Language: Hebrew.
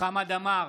חמד עמאר,